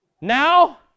Now